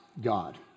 God